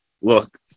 look